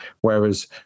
whereas